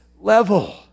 level